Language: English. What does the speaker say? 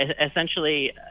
essentially